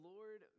Lord